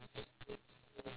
okay that's true